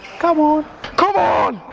come on come on!